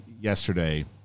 yesterday